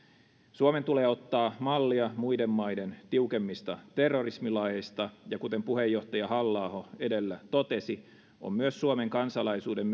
suomen tulee ottaa mallia muiden maiden tiukemmista terrorismilaeista ja kuten puheenjohtaja halla aho edellä totesi on myös suomen kansalaisuuden